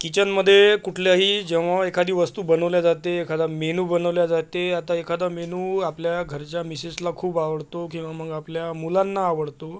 किचनमध्ये कुठल्याही जेव्हा एखादी वस्तू बनवली जाते एखादा मेनू बनवली जाते आता एखादा मेनू आपल्या घरच्या मिसेसला खूप आवडतो किंवा मग आपल्या मुलांना आवडतो